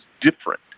different